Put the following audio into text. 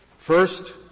first,